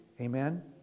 Amen